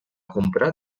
comprar